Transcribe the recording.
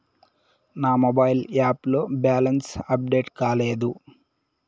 నా mobile app లో balance update కాలేదు